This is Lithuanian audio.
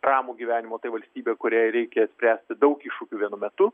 ramų gyvenimą tai valstybė kuriai reikia spręsti daug iššūkių vienu metu